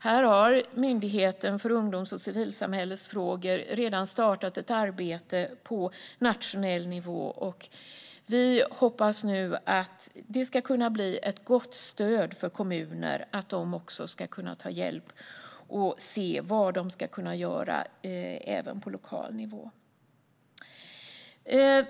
Här har Myndigheten för ungdoms och civilsamhällesfrågor redan startat ett arbete på nationell nivå. Vi hoppas nu att det ska kunna bli ett gott stöd för kommuner så att de också ska kunna ta hjälp och se vad de ska kunna göra även på lokal nivå.